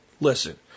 Listen